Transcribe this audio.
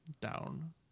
down